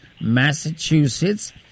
Massachusetts